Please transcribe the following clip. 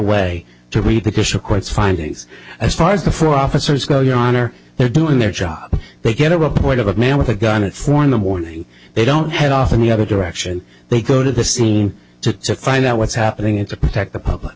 way to read because of course findings as far as the four officers go your honor they're doing their job they get a report of a man with a gun at four in the morning they don't head off in the other direction they go to the scene to to find out what's happening and to protect the public